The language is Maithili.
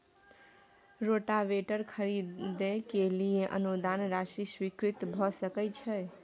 रोटावेटर खरीदे के लिए अनुदान राशि स्वीकृत भ सकय छैय?